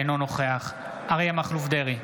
אינו נוכח אריה מכלוף דרעי,